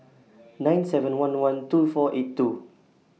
nine seven one one two four eight two